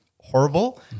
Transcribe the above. horrible